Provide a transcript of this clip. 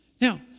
Now